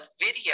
video